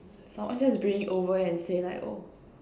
someone just bring it over and say like oh